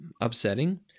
upsetting